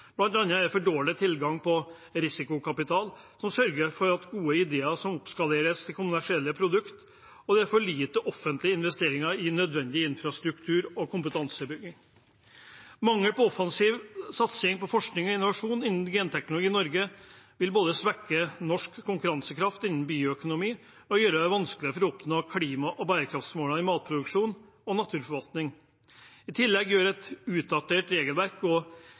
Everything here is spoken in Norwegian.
er det for dårlig tilgang på risikokapital som sørger for at gode ideer oppskaleres til kommersielle produkter, og det er for lite offentlige investeringer i nødvendig infrastruktur og kompetansebygging. Mangel på offensiv satsing på forskning og innovasjon innen genteknologi i Norge vil både svekke norsk konkurransekraft innen bioøkonomi og gjøre det vanskeligere å oppnå klima- og bærekraftsmålene i matproduksjon og naturforvaltning. I tillegg gjør et utdatert regelverk og